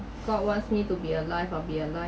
god wants me to be alive I'll be alive